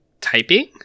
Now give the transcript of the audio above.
typing